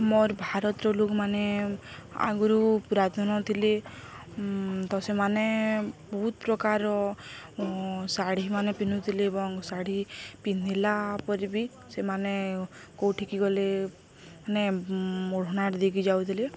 ମୋର୍ ଭାରତ୍ର ଲୋକ୍ମାନେ ଆଗ୍ରୁ ପୁରାତନ ଥିଲେ ତ ସେମାନେ ବହୁତ୍ ପ୍ରକାର୍ ଶାଢ଼ୀମାନେ ପିନ୍ଧୁଥିଲେ ଏବଂ ଶାଢ଼ୀ ପିନ୍ଧିଲା ପରେ ବି ସେମାନେ କୋଉଠିକି ଗଲେ ମାନେ ଓଢ଼ନାଟେ ଦେଇକିରି ଯାଉଥିଲେ